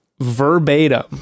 verbatim